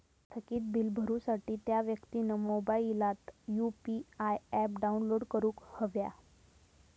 थकीत बील भरुसाठी त्या व्यक्तिन मोबाईलात यु.पी.आय ऍप डाउनलोड करूक हव्या